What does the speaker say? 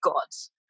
gods